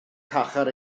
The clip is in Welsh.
carchar